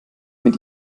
mit